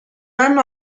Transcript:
hanno